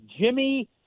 Jimmy